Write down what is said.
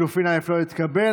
ההסתייגות לא התקבלה.